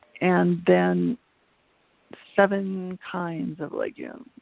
and then seven kinds of like and